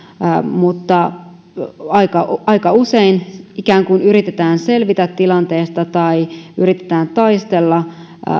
mutta aika aika usein ikään kuin yritetään selvitä tilanteesta tai yritetään taistella